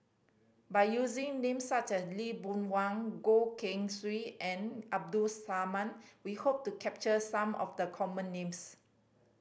by using names such as Lee Boon Wang Goh Keng Swee and Abdul Samad we hope to capture some of the common names